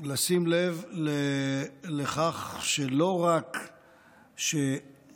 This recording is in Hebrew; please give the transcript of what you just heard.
לשים לב לכך שלא רק שהרפורמה,